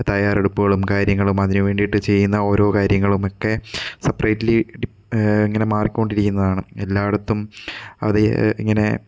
തയ്യാറെടുപ്പുകളും കാര്യങ്ങളും അതിന് വേണ്ടിയിട്ട് ചെയ്യുന്ന ഓരോ കാര്യങ്ങളുമൊക്കെ സെപ്പറേറ്റലി ഇങ്ങനെ മാറിക്കൊണ്ടിരിക്കുന്നതാണ് എല്ലാടത്തും അത് ഇങ്ങനെ